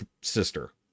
sister